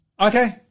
Okay